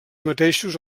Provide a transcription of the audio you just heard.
mateixos